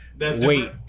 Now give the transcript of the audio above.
Wait